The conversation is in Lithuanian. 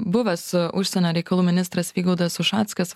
buvęs užsienio reikalų ministras vygaudas ušackas